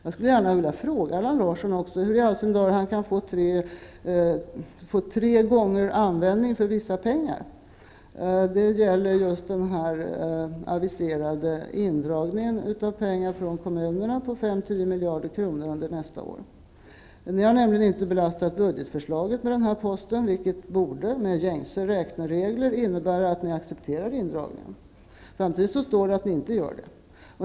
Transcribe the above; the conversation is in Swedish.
Jag skulle gärna vilja fråga Allan Larsson hur i all sin dar han kan använda samma pengar tre gånger. Det gäller just den aviserade indragningen av pengar från kommunerna på 5--10 miljarder kronor under nästa år. Ni har nämligen inte belastat budgetförslaget med den här posten, vilket med gängse räkneregler borde innebära att ni accepterar indragningarna. Samtidigt står det att ni inte gör det.